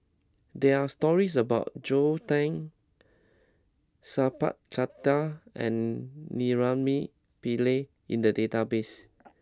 there are stories about Joel Tan Sat Pal Khattar and Naraina Pillai in the database